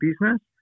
business